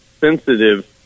sensitive